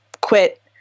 quit